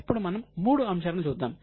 ఇప్పుడు మనం మూడు అంశాలను చూద్దాం